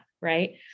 right